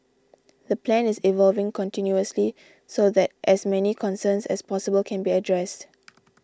the plan is evolving continuously so that as many concerns as possible can be addressed